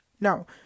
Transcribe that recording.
Now